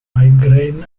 migraine